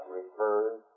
refers